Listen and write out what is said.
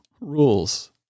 rules